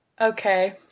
Okay